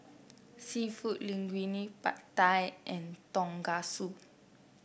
seafood Linguine Pad Thai and Tonkatsu